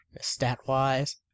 stat-wise